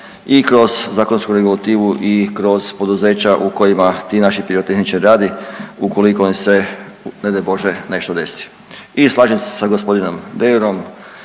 i kroz zakonsku regulativu i kroz poduzeća u kojima ti naši pirotehničari rade ukoliko im se ne daj Bože nešto desi. I slažem se sa gospodinom Deurom,